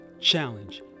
Challenge